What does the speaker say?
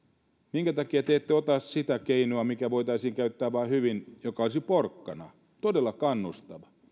minkä takia te ette ota sitä keinoa mikä voitaisiin käyttää vain hyvin joka olisi porkkana todella kannustava